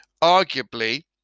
arguably